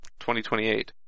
2028